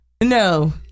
No